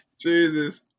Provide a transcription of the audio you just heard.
Jesus